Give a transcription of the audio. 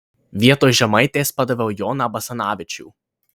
vietoj žemaitės padaviau joną basanavičių